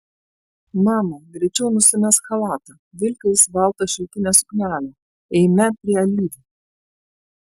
mama greičiau nusimesk chalatą vilkis baltą šilkinę suknelę eime prie alyvų